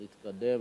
נתקדם.